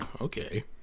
okay